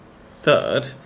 third